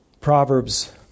Proverbs